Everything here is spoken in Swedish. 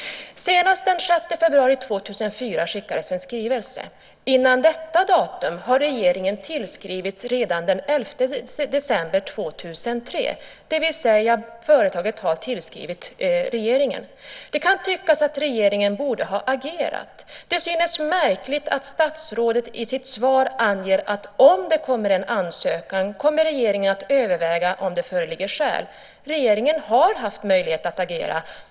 Senast den 6 februari 2004 skickades en skrivelse. Innan detta datum har regeringen tillskrivits redan den 11 december 2003, det vill säga företaget har tillskrivit regeringen. Det kan tyckas att regeringen borde ha agerat. Det synes märkligt att statsrådet i sitt svar anger att om det kommer en ansökan kommer regeringen att överväga om det föreligger skäl. Regeringen har haft möjlighet att agera.